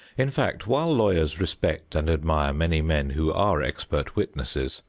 in fact, while lawyers respect and admire many men who are expert witnesses,